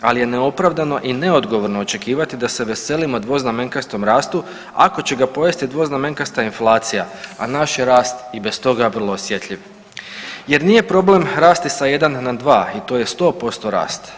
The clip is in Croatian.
Ali je neopravdano i neodgovorno očekivati da se veselimo dvoznamenkastom rastu ako će ga pojesti dvoznamenkasta inflacija, a naš je rast i bez toga vrlo osjetljiv jer nije problem rasti sa jedan na dva i to je 100% rast.